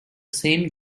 same